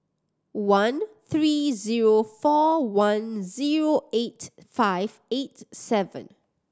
one three zero four one zero eight five eight seven